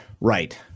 right